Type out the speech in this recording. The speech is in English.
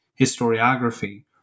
historiography